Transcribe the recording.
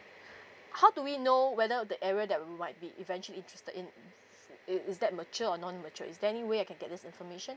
how do we know whether the area that we might be eventually interested in s~ is is that mature or non mature is there any way I can get this information